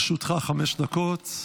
בבקשה, לרשותך חמש דקות.